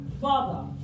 Father